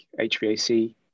HVAC